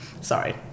sorry